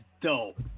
dope